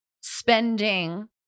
spending